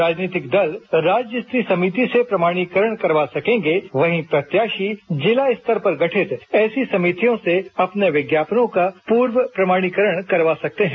राजनीतिक दल राज्य स्तरीय समिति से प्रमाणीकरण करवा सकेंगे वहीं प्रत्याशी जिला स्तर पर गठित ऐसे समितियों से अपने विज्ञापनों का पूर्व प्रमाणिकरण करवा सकते हैं